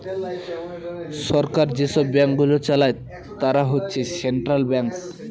সরকার যেসব ব্যাঙ্কগুলো চালায় তারা হচ্ছে সেন্ট্রাল ব্যাঙ্কস